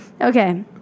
Okay